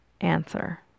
answer